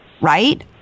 Right